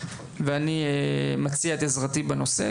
ואני מציעה את עזרתי בנושא,